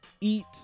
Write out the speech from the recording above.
eat